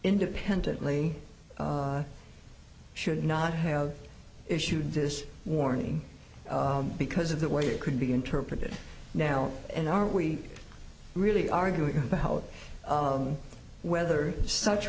independently should not have issued this warning because of the way it could be interpreted now and are we really arguing about whether such